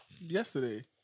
yesterday